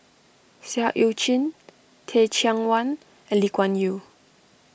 Seah Eu Chin Teh Cheang Wan and Lee Kuan Yew